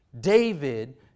David